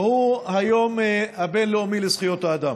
הוא היום הבין-לאומי לזכויות האדם.